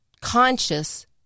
conscious